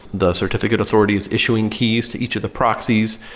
the certificate authority is issuing keys to each of the proxies,